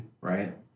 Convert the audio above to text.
right